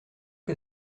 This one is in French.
que